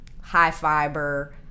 high-fiber